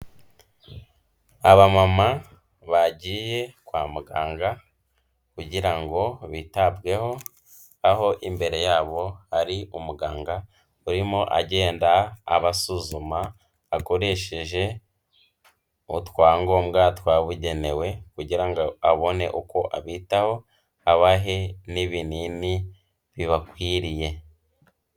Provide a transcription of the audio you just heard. Abamama bagiye kwa muganga kugira ngo bitabweho, aho imbere yabo hari umuganga urimo agenda abasuzuma akoresheje utwangombwa twabugenewe kugira ngo abone uko abitaho abahe n'ibinini bibakwiriye.